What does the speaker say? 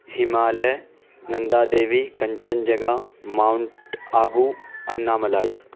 Himalaya Nanda Devi Kanchenjunga Mount Abu Anna malai